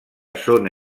zona